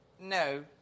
No